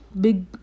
big